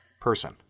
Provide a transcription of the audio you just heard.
Person